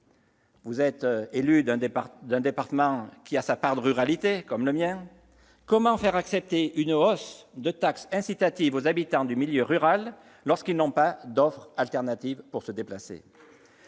qui êtes élu d'un département en partie rural, comme le mien, dites-moi comment faire accepter une hausse de taxes incitative aux habitants des milieux ruraux lorsqu'ils n'ont pas d'offre alternative pour se déplacer ?